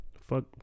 fuck